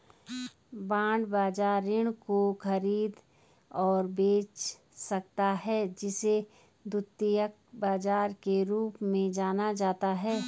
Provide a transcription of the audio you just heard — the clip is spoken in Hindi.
बांड बाजार ऋण को खरीद और बेच सकता है जिसे द्वितीयक बाजार के रूप में जाना जाता है